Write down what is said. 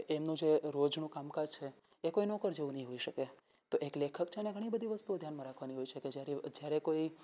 એમનું જે રોજનું કામકાજ છે એ કોઈ નોકર જેવું નહીં હોઈ શકે તો એક લેખક છે તો એને ઘણી બધી વસ્તુઓ ધ્યાનમાં રાખવાની હોય છે જ્યારે કોઈ